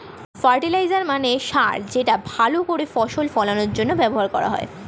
fertiliser মানে সার যেটা ভালো করে ফসল ফলনের জন্য ব্যবহার হয়